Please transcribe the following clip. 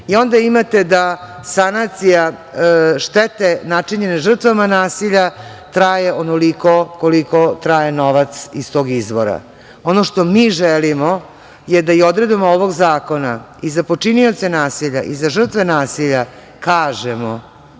i onda imate da sanacija štete načinjene žrtvama nasilja traje onoliko koliko traje novac iz tog izvora. Ono što mi želimo je da odredbama ovog zakona i za počinioce nasilja i za žrtve nasilja kažemo